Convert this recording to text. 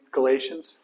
Galatians